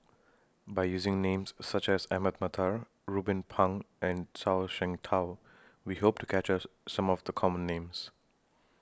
By using Names such as Ahmad Mattar Ruben Pang and Zhuang Shengtao We Hope to captures Some of The Common Names